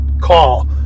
call